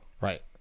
Right